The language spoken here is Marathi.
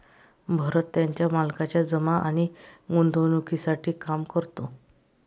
भरत त्याच्या मालकाच्या जमा आणि गुंतवणूकीसाठी काम करतो